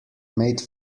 made